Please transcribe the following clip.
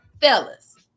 fellas